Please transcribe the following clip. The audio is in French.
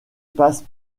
passe